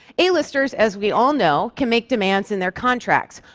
a-listers, as we all know, can make demands in their contracts,